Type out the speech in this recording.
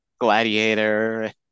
gladiator